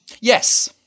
yes